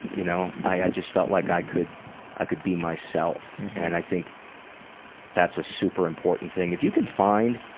you know i i just felt like i could i could be myself and i think that's a super important thing. if you can find